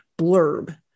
blurb